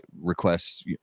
requests